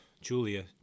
Julia